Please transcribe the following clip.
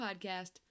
podcast